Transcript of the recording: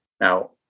Now